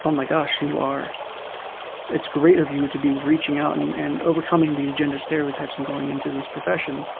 um my gosh. you are it's great of you to be reaching out and and overcoming these gender stereotypes and going into this profession.